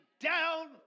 down